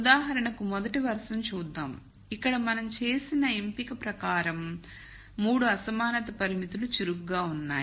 ఉదాహరణకు మొదటి వరుసను చూద్దాం ఇక్కడ మనం చేసిన ఎంపిక ప్రకారం 3 అసమానత పరిమితులు చురుకుగా ఉన్నాయి